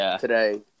today